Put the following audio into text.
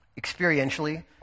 experientially